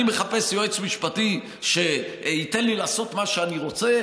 אני מחפש יועץ משפטי שייתן לי לעשות מה שאני רוצה